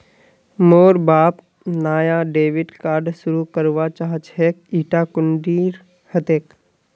मोर बाप नाया डेबिट कार्ड शुरू करवा चाहछेक इटा कुंदीर हतेक